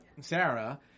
Sarah